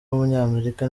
w’umunyamerika